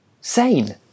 sane